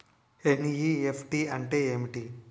NEFT అంటే ఏమిటి?